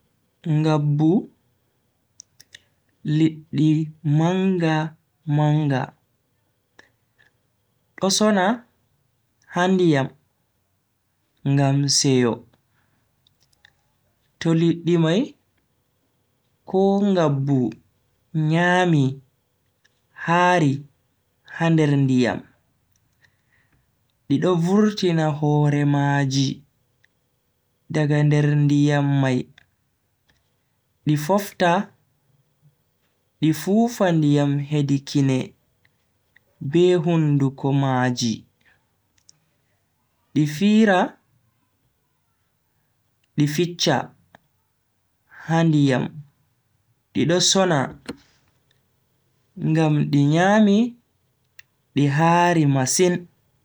Ngabbu, liddi manga-manga do sona ha ndiyam ngam seyo. to liddi mai ko ngabbu nyami haari ha nder ndiyam, di do vurtina hore maaji daga nder ndiyam mai, di fofta di fufa ndiyam hedi kine b hunduko maaji, di fira di ficcha ha ndiyam di do sona ngam di nyami di haari masin.